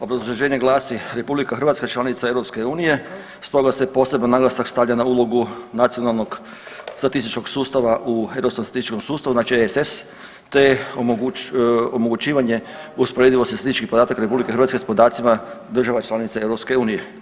Obrazloženje glasi, RH članica je EU stoga se poseban naglasak stavlja na ulogu nacionalnog statističkog sustava u Europskom statističkom sustavu znači (ESS)te omogućivanje usporedivost sa sličnih podataka RH sa podacima država članica EU.